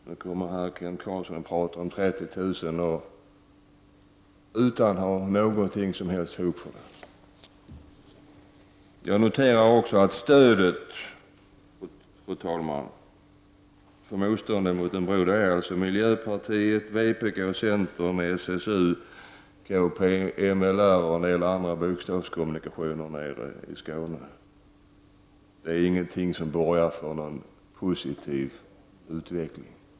Nu kommer Kent Carlsson och talar om 30 000, utan att ha något som helst fog för det. Jag noterar också att stödet, fru talman, för motståndet till en bro finns hos miljöpartiet, vpk, centern, SSU, KPML och en del andra bokstavskombinationer nere i Skåne. Det är inget som borgar för en positiv utveckling.